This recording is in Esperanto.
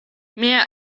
mia